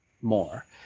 more